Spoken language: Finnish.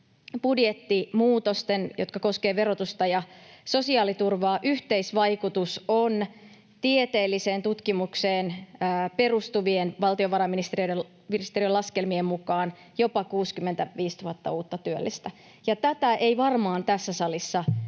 budjettimuutosten, jotka koskevat verotusta ja sosiaaliturvaa, yhteisvaikutus on tieteelliseen tutkimukseen perustuvien valtiovarainministeriön laskelmien mukaan jopa 65 000 uutta työllistä. Tätä ei varmaan tässä salissa